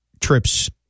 trips